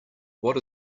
what